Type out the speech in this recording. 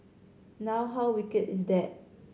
now how wicked is that